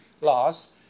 laws